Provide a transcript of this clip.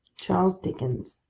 charles dickens.